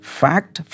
fact、